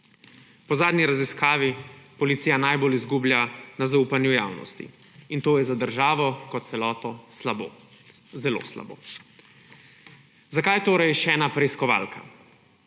Po zadnji raziskavi policija najbolj izgublja na zaupanju javnosti, kar je za državo kot celoto slabo, zelo slabo. Zakaj torej še ena preiskovalka?